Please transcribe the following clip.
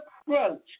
approach